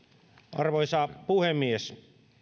arvoisa puhemies